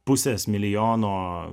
pusės milijono